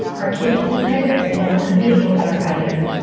our kid isn't high risk and none of the adults are either.